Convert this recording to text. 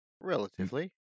Relatively